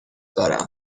دارم